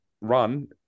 run